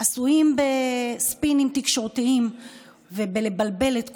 עסוקים בספינים תקשורתיים ובלבלבל את כולם.